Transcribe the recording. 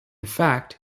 fact